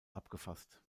abgefasst